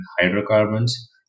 hydrocarbons